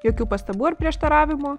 jokių pastabų ar prieštaravimo